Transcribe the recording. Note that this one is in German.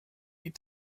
die